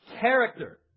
Character